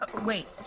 wait